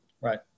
right